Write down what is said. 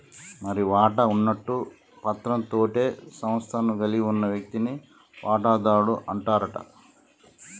మరి వాటా ఉన్నట్టు పత్రం తోటే సంస్థను కలిగి ఉన్న వ్యక్తిని వాటాదారుడు అంటారట